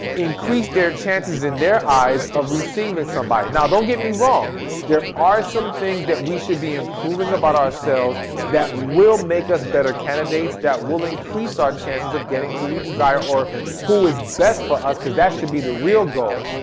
increase their chances in their eyes of receiving somebody. now, don't get me wrong there are some things that we should be improving about ourselves that will make us better candidates, that will increase our chances of getting who we desire or who is best for us because that should be the real goal.